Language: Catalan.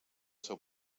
seu